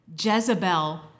Jezebel